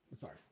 sorry